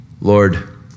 Lord